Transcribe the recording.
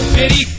pity